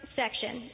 section